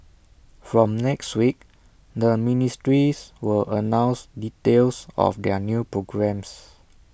from next week the ministries will announce details of their new programmes